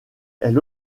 elle